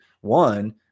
one